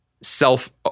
self